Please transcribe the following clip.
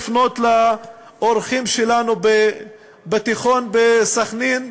אני רוצה לפנות לאורחים שלנו מהתיכון בסח'נין.